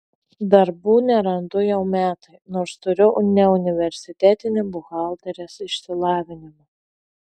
darbų nerandu jau metai nors turiu neuniversitetinį buhalterės išsilavinimą